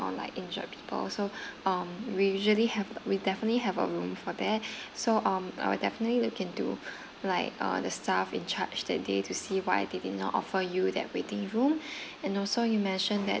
or like injured people also um we usually have we definitely have a room for that so um I will definitely look into like uh the staff in charge that day to see why they did not offer you that waiting room and also you mentioned that